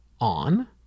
on